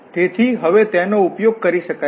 તેથી હવે તેનો ઉપયોગ કરી શકાય છે